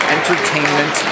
Entertainment